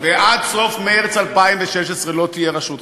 ועד סוף מרס 2016 לא תהיה רשות חדשה.